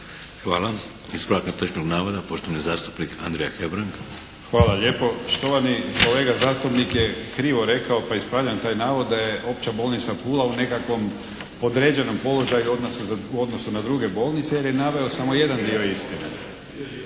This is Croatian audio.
Hvala. Ispravak netočnog navoda poštovani zastupnik Andrija Hebrang. **Hebrang, Andrija (HDZ)** Hvala lijepo. Štovani kolega zastupnik je krivo rekao pa ispravljam taj navod da je Opća bolnica Pula u nekakvom podređenom položaju u odnosu na druge bolnice jer je naveo samo jedan dio istine.